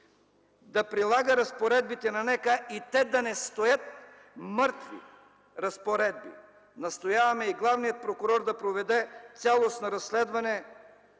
да прилага разпоредбите на НК и те да не стоят мъртви разпоредби. Настояваме и главният прокурор да проведе цялостно разследване